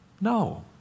No